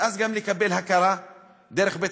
ואז גם לקבל הכרה דרך בית-המשפט.